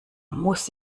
muss